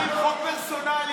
מקבלים חוק פרסונלי,